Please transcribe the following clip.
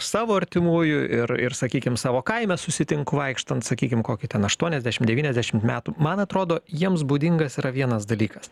iš savo artimųjų ir ir sakykim savo kaime susitinku vaikštant sakykim kokį ten aštuoniasdešim devyniasdešimt metų man atrodo jiems būdingas yra vienas dalykas